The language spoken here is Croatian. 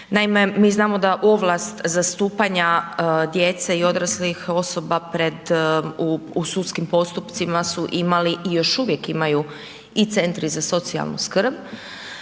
Naime, mi znamo da ovlast zastupanja djece i odraslih osoba pred u sudskim postupcima su imali i još uvijek imaju i centri za socijalnu skrb,